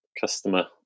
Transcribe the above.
customer